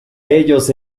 ellos